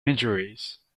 injuries